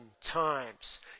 times